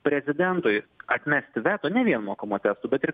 prezidentui atmesti veto ne vien mokamų testų bet ir